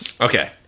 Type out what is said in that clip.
Okay